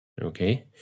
okay